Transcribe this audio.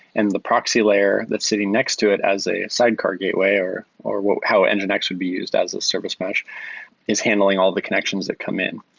and the proxy layer that's sitting next to it as a sidecar gateway or or how and nginx would be used as a service mesh is handling all the connections that come in.